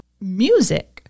music